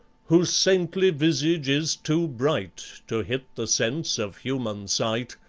whose saintly visage is too bright to hit the sense of human sight,